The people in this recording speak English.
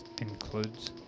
includes